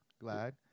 Glad